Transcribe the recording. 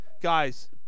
guys